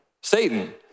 Satan